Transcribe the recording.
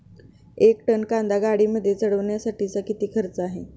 एक टन कांदा गाडीमध्ये चढवण्यासाठीचा किती खर्च आहे?